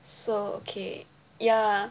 so okay yeah